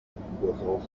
was